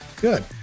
Good